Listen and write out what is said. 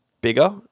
bigger